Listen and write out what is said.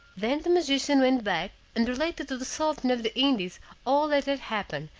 then the magician went back and related to the sultan of the indies all that had happened,